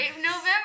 November